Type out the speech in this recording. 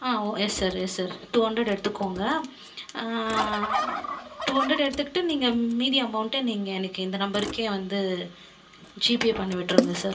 ஆ ஒ yes sir yes sir two hundred எடுத்துக்கோங்க two hundred எடுத்துக்கிட்டு நீங்கள் மீதி அமௌண்ட்டை நீங்கள் எனக்கு இந்த நம்பருக்கே வந்து ஜிபே பண்ணி விட்டுருங்க சார்